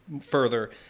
further